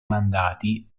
mandati